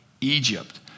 Egypt